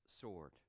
sword